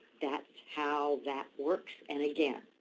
that's how that works and again,